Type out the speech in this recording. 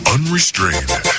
Unrestrained